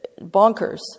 bonkers